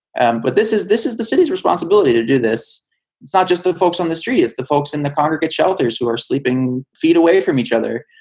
and but this is this is the city's responsibility to do this. it's not ah just the folks on the street. it's the folks in the congregate shelters who are sleeping feet away from each other.